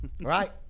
right